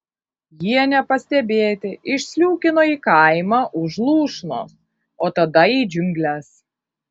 jie nepastebėti išsliūkino į kaimą už lūšnos o tada į džiungles